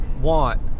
want